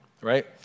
right